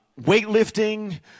weightlifting